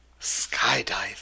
Skydiving